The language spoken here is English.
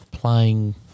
playing